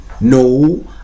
no